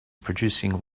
producing